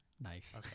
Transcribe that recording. nice